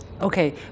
Okay